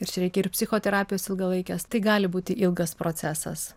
ir čia reikia ir psichoterapijos ilgalaikės tai gali būti ilgas procesas